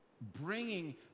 bringing